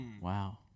Wow